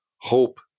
hope